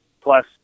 plus